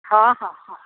ହଁ ହଁ ହଁ